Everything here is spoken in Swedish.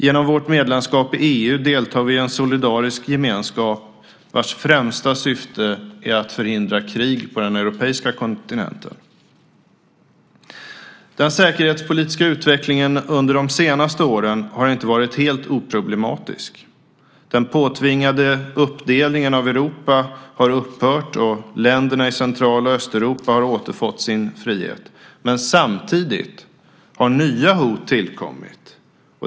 Genom vårt medlemskap i EU deltar vi i en solidarisk gemenskap vars främsta syfte är att förhindra krig på den europeiska kontinenten. Den säkerhetspolitiska utvecklingen under de senaste åren har inte varit helt oproblematisk. Den påtvingade uppdelningen av Europa har upphört, och länderna i Central och Östeuropa har återfått sin frihet. Men samtidigt har nya hot tillkommit.